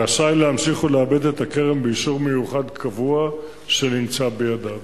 רשאי להמשיך ולעבד את הכרם באישור מיוחד קבוע שנמצא בידיו.